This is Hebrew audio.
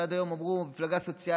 שעד היום אמרו שהיא מפלגה סוציאלית,